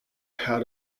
how